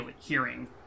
hearing